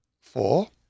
Four